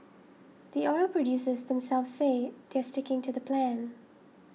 the oil producers themselves say they're sticking to the plan